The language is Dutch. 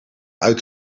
uit